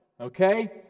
Okay